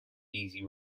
easy